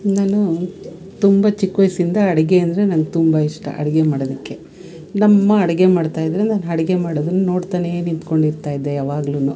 ನಾನು ತುಂಬ ಚಿಕ್ಕ ವಯಸ್ಸಿಂದ ಅಡುಗೆ ಅಂದರೆ ನಂಗೆ ತುಂಬ ಇಷ್ಟ ಅಡುಗೆ ಮಾಡೋದಕ್ಕೆ ನಮ್ಮಅಮ್ಮ ಅಡುಗೆ ಮಾಡ್ತಾಯಿದ್ರೆ ನಾನು ಅಡ್ಗೆ ಮಾಡೋದನ್ನು ನೋಡ್ತಾನೆ ನಿಂತುಕೊಂಡಿರ್ತಾಯಿದ್ದೆ ಯಾವಾಗ್ಲೂ